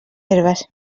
herbes